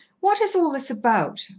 what is all this about?